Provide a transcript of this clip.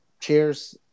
cheers